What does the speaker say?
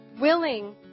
willing